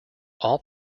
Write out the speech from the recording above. all